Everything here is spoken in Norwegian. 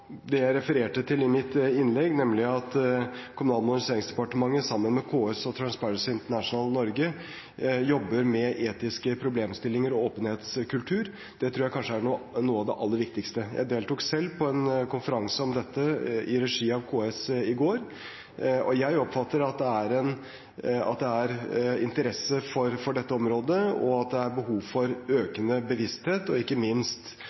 sammen med KS og Transparency International Norge jobber med etiske problemstillinger og åpenhetskultur, tror jeg kanskje er noe av det aller viktigste. Jeg deltok selv på en konferanse om dette i regi av KS i går, og jeg oppfatter at det er interesse for dette området, og at det er behov for en økt bevissthet, og ikke minst